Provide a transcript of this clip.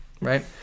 Right